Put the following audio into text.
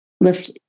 lift